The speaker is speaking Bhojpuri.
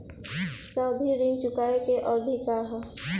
सावधि ऋण चुकावे के अवधि का ह?